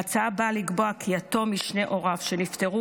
ההצעה באה לקבוע כי יתום משני הוריו שנפטרו